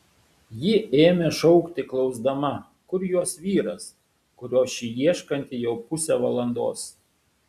ji ėmė šaukti klausdama kur jos vyras kurio ši ieškanti jau pusę valandos